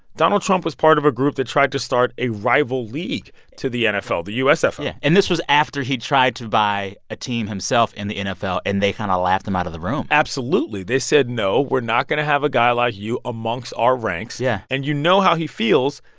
donald trump was part of a group that tried to start a rival league to the nfl, the usfl. yeah. and this was after he tried to buy a team himself in the nfl, and they kind of laughed him out of the room absolutely. they said no. we're not going to have a guy like you amongst our ranks. yeah. and you know how he feels,